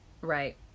Right